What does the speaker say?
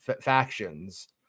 factions